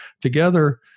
Together